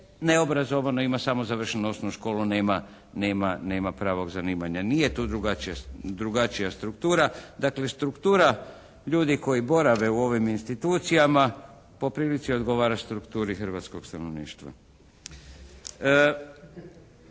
neobrazovano, ima samo završenu osnovu školu, nema pravog zanimanja. Nije to drugačija struktura. Dakle, struktura ljudi koji borave u ovim institucijama po prilici odgovara strukturi hrvatskog stanovništva.